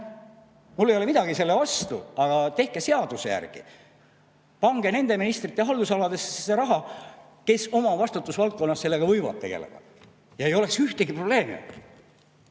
Mul ei ole midagi selle vastu, aga tehke seaduse järgi! Pange nende ministrite haldusalasse see raha, kes oma vastutusvaldkonnas sellega võivad tegeleda! Siis ei oleks ühtegi probleemi.